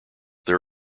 there